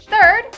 Third